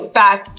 back